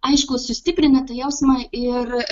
aišku sustiprina jausmą ir